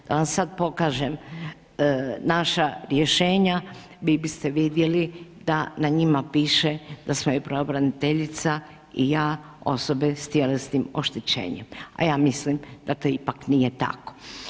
Da vam sad pokažem naša rješenja, vi biste vidjeli da na njima piše da smo i pravobraniteljica i ja osobe sa tjelesnim oštećenjem a ja mislim da to ipak nije tako.